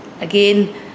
again